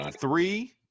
three